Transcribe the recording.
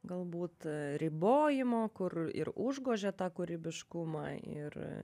galbūt ribojimo kur ir užgožė tą kūrybiškumą ir a